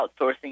outsourcing